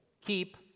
keep